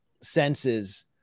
senses